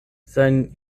sein